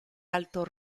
alto